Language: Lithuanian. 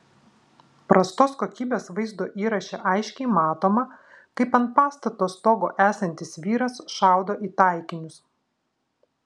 prastos kokybės vaizdo įraše aiškiai matoma kaip ant pastato stogo esantis vyras šaudo į taikinius